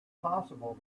possible